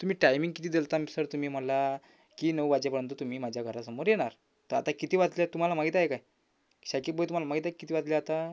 तुम्ही टाईमिंग किती देलतान सर तुम्ही मला की नऊ वाजेपर्यंत तुम्ही माझ्या घरासमोर येणार तर आता किती वाजले आहेत तुम्हाला माहीत आहे काय शाकीब भाई तुम्हाला माहीत आहे किती वाजले आता